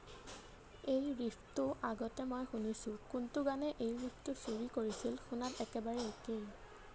এই ৰিফটো আগতে মই শুনিছোঁ কোনটো গানে এই ৰিফটো চুৰি কৰিছিল শুনাত একেবাৰে একেই